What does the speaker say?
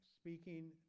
speaking